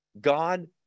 God